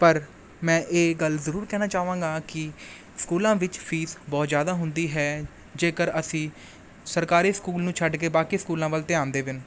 ਪਰ ਮੈਂ ਇਹ ਗੱਲ ਜ਼ਰੂਰ ਕਹਿਣਾ ਚਾਹਾਂਗਾ ਕਿ ਸਕੂਲਾਂ ਵਿੱਚ ਫੀਸ ਬਹੁਤ ਜ਼ਿਆਦਾ ਹੁੰਦੀ ਹੈ ਜੇਕਰ ਅਸੀਂ ਸਰਕਾਰੀ ਸਕੂਲ ਨੂੰ ਛੱਡ ਕੇ ਬਾਕੀ ਸਕੂਲਾਂ ਵੱਲ ਧਿਆਨ ਦੇਵਨ